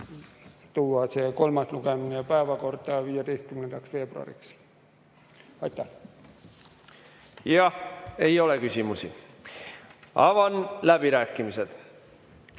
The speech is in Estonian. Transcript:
tuua kolmas lugemine päevakorda 15. veebruariks. Aitäh! Jah, ei ole küsimusi. Avan läbirääkimised.